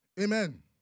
Amen